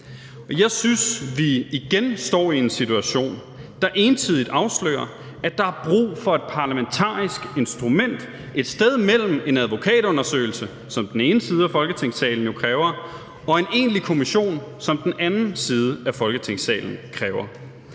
Jeg synes, at vi igen står i en situation, der entydigt afslører, at der er brug for et parlamentarisk instrument, der er et sted mellem en advokatundersøgelse, som den ene side af Folketingssalen jo kræver, og en egentlig kommissionsundersøgelse, som den anden side af Folketingssalen kræver